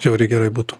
žiauriai gerai būtų